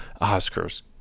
Oscars